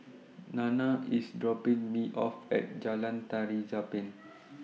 Nana IS dropping Me off At Jalan Tari Zapin